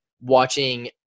watching